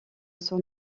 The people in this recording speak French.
son